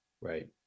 Right